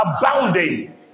abounding